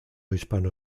hispano